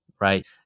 right